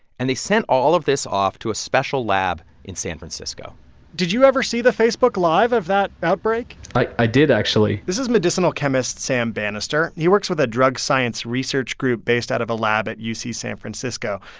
and they sent all of this off to a special lab in san francisco did you ever see the facebook live of that outbreak? i did, actually this is medicinal chemist sam banister. he works with a drug science research group based out of a lab at uc san francisco.